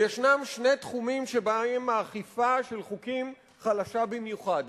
ויש שני תחומים שבהם האכיפה של חוקים חלשה במיוחד,